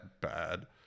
bad